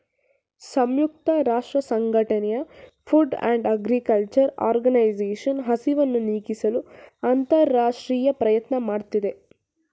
ಸಂಯುಕ್ತ ರಾಷ್ಟ್ರಸಂಘಟನೆಯ food and agriculture organisation ಹಸಿವನ್ನು ನೀಗಿಸಲು ಅಂತರರಾಷ್ಟ್ರೀಯ ಪ್ರಯತ್ನ ಮಾಡ್ತಿದೆ